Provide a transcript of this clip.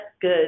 good